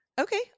Okay